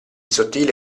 sottile